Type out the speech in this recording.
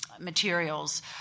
materials